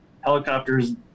helicopters